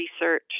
research